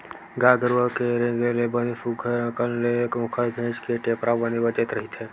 गाय गरुवा के रेगे ले बने सुग्घर अंकन ले ओखर घेंच के टेपरा बने बजत रहिथे